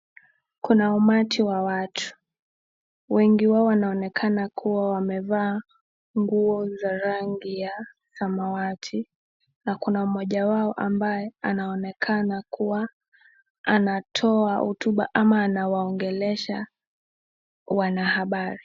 Kuna umati wa watu, wengi wao wanaonekana kuwa wamevalia nguo za rangi ya samawati, na kuna mmoja wao anayeonekana kuwa anatoa hotuba ama anawaongelesha wanahabari.